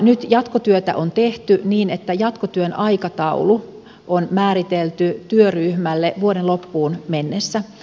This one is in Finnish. nyt jatkotyötä on tehty niin että jatkotyön aikataulu on määritelty työryhmälle vuoden loppuun mennessä